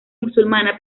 musulmana